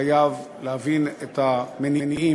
חייב, להבין את המניעים.